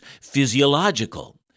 physiological